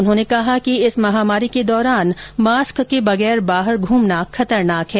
उन्होंने कहा कि इस महामारी के दौरान मास्क के बगैर बाहर घूमना खतरनाक है